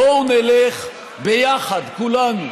בואו נלך ביחד כולנו,